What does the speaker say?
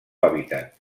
hàbitat